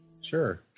Sure